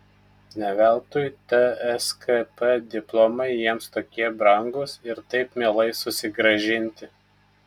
ne veltui tskp diplomai jiems tokie brangūs ir taip mielai susigrąžinti